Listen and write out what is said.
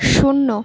শূন্য